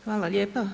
Hvala lijepa.